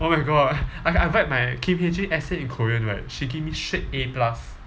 oh my god ppl I I write my kim hae jin essay in korean right she give me straight A plus